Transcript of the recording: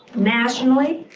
nationally,